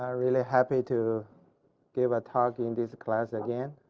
ah really happy to give a talk in this class again.